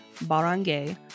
Barangay